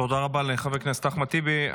תודה רבה לחבר הכנסת אחמד טיבי.